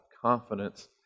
confidence